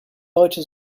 leute